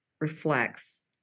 reflects